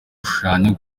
gushushanya